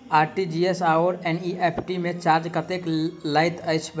RTGS आओर NEFT मे charge कतेक लैत अछि बैंक?